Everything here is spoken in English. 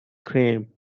cream